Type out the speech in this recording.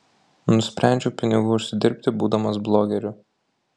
nusprendžiau pinigų užsidirbti būdamas blogeriu